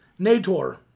Nator